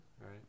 Right